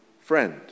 friend